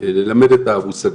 ללמד את המושגים.